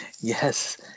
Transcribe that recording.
Yes